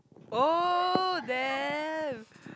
oh damn